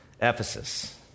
Ephesus